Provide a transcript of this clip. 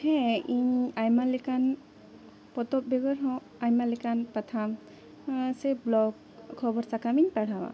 ᱦᱮᱸ ᱤᱧ ᱟᱭᱢᱟ ᱞᱮᱠᱟᱱ ᱯᱚᱛᱚᱵ ᱵᱮᱜᱚᱨ ᱦᱚᱸ ᱟᱭᱢᱟ ᱞᱮᱠᱟᱱ ᱯᱟᱛᱷᱟᱢ ᱥᱮ ᱵᱞᱚᱠ ᱠᱷᱚᱵᱚᱨ ᱥᱟᱠᱟᱢᱤᱧ ᱯᱟᱲᱦᱟᱣᱟ